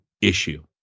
issue